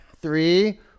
Three